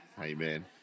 Amen